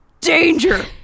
danger